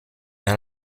dans